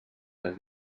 més